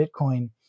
Bitcoin